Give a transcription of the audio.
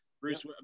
Bruce